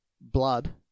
blood